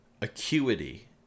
acuity